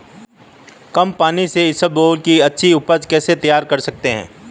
कम पानी से इसबगोल की अच्छी ऊपज कैसे तैयार कर सकते हैं?